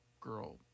girl